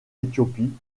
éthiopie